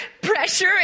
Pressure